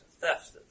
theft